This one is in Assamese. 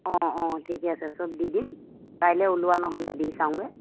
অঁ অঁ ঠিকে আছে চব দি দিম কাইলৈ ওলোৱা নহ'লে দি চাওঁগৈ